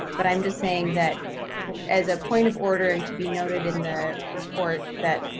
but i'm just saying that as a point of order, and to be noted in the report that